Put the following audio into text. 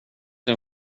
din